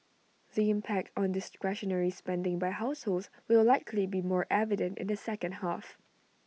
the impact on discretionary spending by households will likely be more evident in the second half